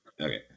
Okay